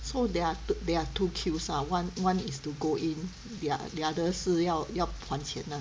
so there are two there are two queues lah one one is to go in the the other 是要还钱 ah